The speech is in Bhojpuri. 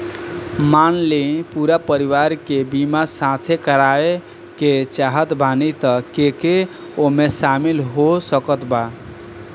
मान ली पूरा परिवार के बीमाँ साथे करवाए के चाहत बानी त के के ओमे शामिल हो सकत बा?